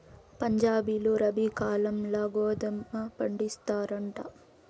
పంజాబీలు రబీ కాలంల గోధుమ పండిస్తారంట